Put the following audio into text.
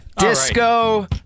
Disco